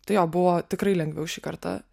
tai jo buvo tikrai lengviau šį kartą